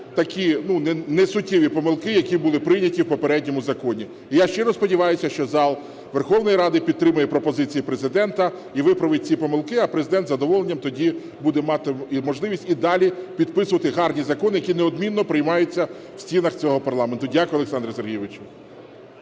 такі несуттєві помилки, які були прийняті в попередньому законі. І я щиро сподіваюся, що зал Верховної Ради підтримає пропозиції Президента і виправить ці помилки, а Президент із задоволенням тоді буде мати можливість і далі підписувати гарні закони, які неодмінно приймаються в стінах цього парламенту. Дякую, Олександре Сергійовичу.